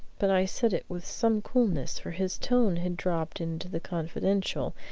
but i said it with some coolness, for his tone had dropped into the confidential,